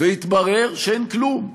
והתברר שאין כלום.